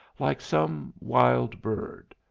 like some wild bird.